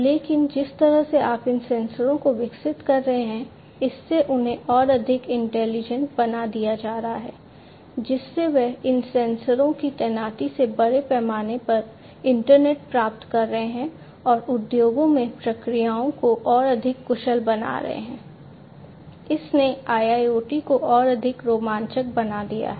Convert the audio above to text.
लेकिन जिस तरह से आप इन सेंसरों को विकसित कर रहे हैं इससे उन्हें और अधिक इंटेलिजेंट बना दिया जा रहा है जिससे वे इन सेंसरों की तैनाती से बड़े पैमाने पर इंटरनेट प्राप्त कर रहे हैं और उद्योगों में प्रक्रियाओं को और अधिक कुशल बना रहे हैं इसने IIoT को और अधिक रोमांचक बना दिया है